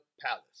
palace